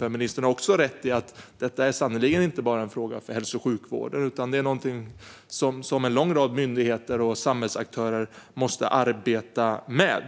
För ministern har också rätt i att detta sannerligen inte bara är en fråga för hälso och sjukvården utan något som en lång rad myndigheter och samhällsaktörer måste arbeta med.